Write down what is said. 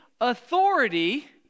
authority